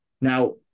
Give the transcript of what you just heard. now